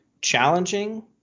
challenging